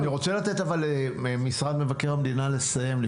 אני רוצה לתת למשרד מבקר המדינה לסיים.